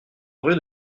rue